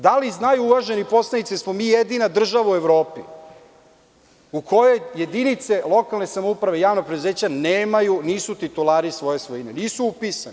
Da li znaju uvaženi poslanici da smo mi jedina država u Evropi u kojoj jedinice lokalne samouprave, javna preduzeća nemaju, nisu titulari svoje svojine, nisu upisani?